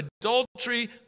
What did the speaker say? Adultery